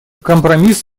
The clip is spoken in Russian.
компромисс